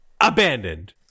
Abandoned